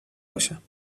باشم